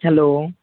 hello